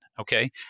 okay